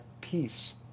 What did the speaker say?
peace